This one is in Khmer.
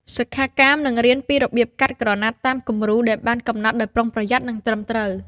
សិក្ខាកាមនឹងរៀនពីរបៀបកាត់ក្រណាត់តាមគំរូដែលបានកំណត់ដោយប្រុងប្រយ័ត្ន និងត្រឹមត្រូវ។